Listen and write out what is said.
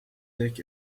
dick